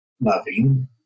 loving